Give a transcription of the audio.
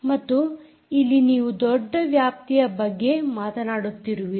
ಮತ್ತು ಇಲ್ಲಿ ನೀವು ದೊಡ್ಡ ವ್ಯಾಪ್ತಿಯ ಬಗ್ಗೆ ಮಾತನಾಡುತ್ತಿರುವಿರಿ